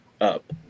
up